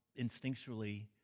instinctually